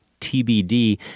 TBD